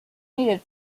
needed